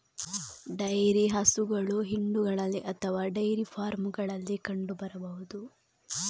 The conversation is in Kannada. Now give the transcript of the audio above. ಡೈರಿ ಹಸುಗಳು ಹಿಂಡುಗಳಲ್ಲಿ ಅಥವಾ ಡೈರಿ ಫಾರ್ಮುಗಳಲ್ಲಿ ಕಂಡು ಬರಬಹುದು